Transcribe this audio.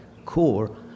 core